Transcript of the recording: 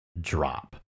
drop